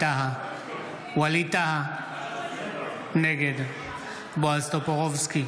ווליד טאהא, נגד בועז טופורובסקי,